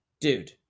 Dude